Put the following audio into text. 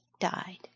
died